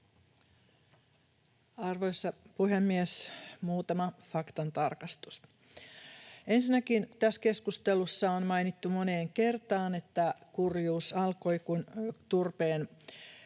Arvoisa puhemies! Muutama faktantarkastus. Ensinnäkin tässä keskustelussa on mainittu moneen kertaan, että kurjuus alkoi, kun turpeen